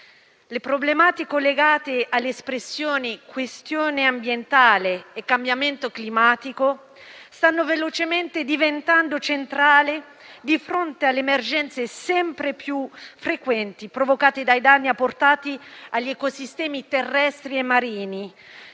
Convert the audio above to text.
le problematiche legate alle espressioni "questione ambientale" e "cambiamento climatico" stanno velocemente diventando centrali di fronte alle emergenze sempre più frequenti provocate dai danni apportati agli ecosistemi terrestri e marini